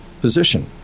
position